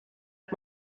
att